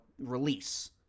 release